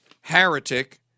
heretic